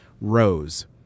rose